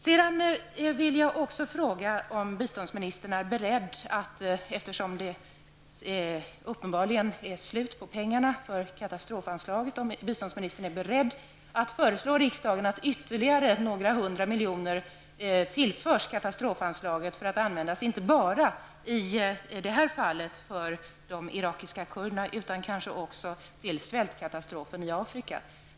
Jag vill också fråga, eftersom det är slut på pengarna för katastrofanslagen, om biståndsministern är beredd att föreslå riksdagen att ytterligare några hundra miljoner tillförs katastrofanslagen för att användas inte bara för de irakiska kurderna utan också till svältkatastrofen i Afrika.